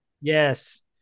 Yes